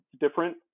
different